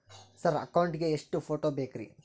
Sir account ಗೇ ಎಷ್ಟು photo ಬೇಕ್ರಿ?